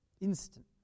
Instant